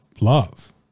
love